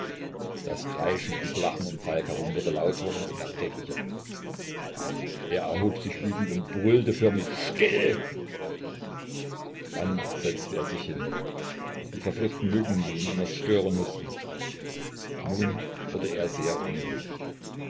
das kreischen und lachen um falk herum wurde lauter und unerträglicher er erhob sich wütend und brüllte förmlich still dann setzte er sich hin die verfluchten mücken die ihn immer stören mußten nun wurde er sehr unruhig